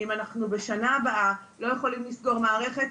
אם אנחנו בשנה הבאה לא יכולים לסגור מערכת,